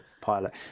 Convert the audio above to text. pilot